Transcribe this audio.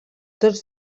tots